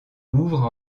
ouvrent